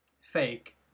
fake